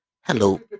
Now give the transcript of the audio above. Hello